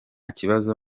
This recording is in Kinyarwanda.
kibazo